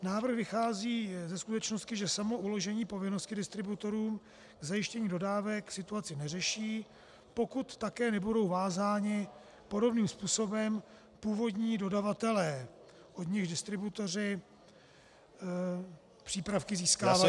Návrh vychází ze skutečnosti, že samo uložení povinnosti distributorům zajištění dodávek situaci neřeší, pokud také nebudou vázáni podobným způsobem původní dodavatelé, od nichž distributoři přípravky získávají.